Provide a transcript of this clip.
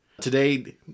Today